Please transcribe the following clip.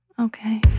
Okay